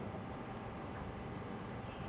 some lah some bunch really that smart